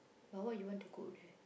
but what you want to cook there